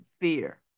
fear